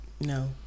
no